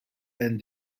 and